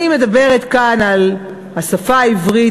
אני מדברת כאן על השפה העברית,